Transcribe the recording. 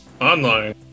online